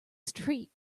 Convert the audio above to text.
street